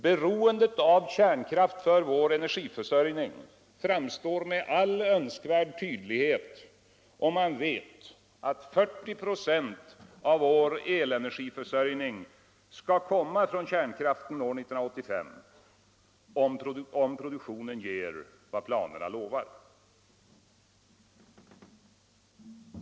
Beroendet av kärnkraft för vår energiförsörjning framstår med all önskvärd tydlighet, om man vet att 40 2 av vår elenergiförsörjning skall komma från kärnkraften år 1985, om produktionen ger vad planerna lovar.